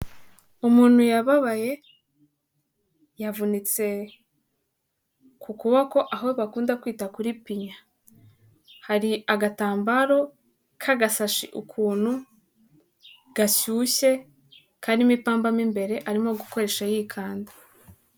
Umuntu yababaye yavunitse ku kuboko aho bakunda kwita kuri pinya, hari agatambaro k'agasashi ukuntu gashyushye karimo ipamba mo imbere arimo gukoresha yikanda.